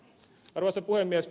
arvoisa puhemies